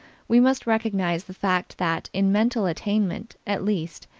we must recognize the fact that, in mental attainment, at least,